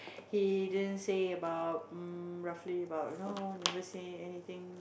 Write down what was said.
he didn't say about um roughly about you know never say anything